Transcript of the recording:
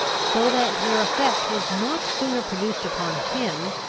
so that their effect was not sooner produced upon him,